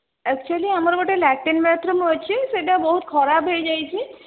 actually ଆମର ଗୋଟେ latrine bathroom ଅଛି ସେଇଟା ବହୁତ ଖରାପ ହେଇଯାଇଛି